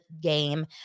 game